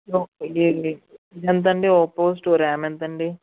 ఇదేంతండి Oppo RAM ఎంతండి